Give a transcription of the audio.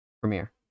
premiere